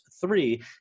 three